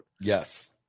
Yes